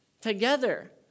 together